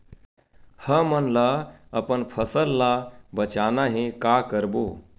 हमन ला अपन फसल ला बचाना हे का करबो?